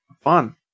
fun